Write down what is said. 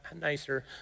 nicer